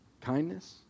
kindness